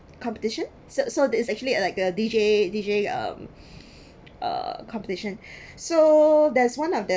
competition so so there's actually like a D_J D_J um uh competition so there's one of them